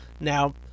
Now